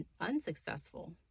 unsuccessful